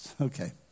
Okay